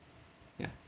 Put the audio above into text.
ya